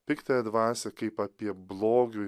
piktąją dvasią kaip apie blogio